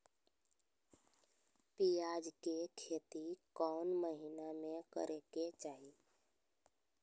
प्याज के खेती कौन महीना में करेके चाही?